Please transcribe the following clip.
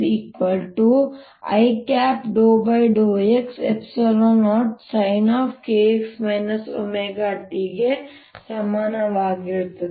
E0sin kx wt ಗೆ ಸಮಾನವಾಗಿರುತ್ತದೆ